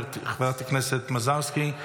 חברת הכנסת מזרסקי,